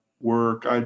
work